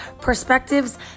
perspectives